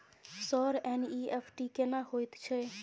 Sir NEFT केना होयत छै?